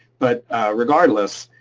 but regardless,